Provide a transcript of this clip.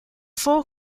four